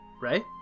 Right